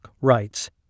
writes